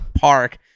park